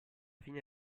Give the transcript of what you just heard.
fine